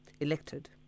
elected